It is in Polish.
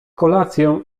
kolacją